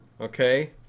okay